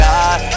God